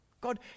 God